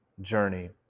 journey